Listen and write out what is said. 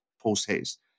post-haste